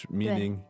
meaning